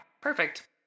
Perfect